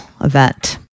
event